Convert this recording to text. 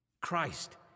Christ